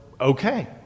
okay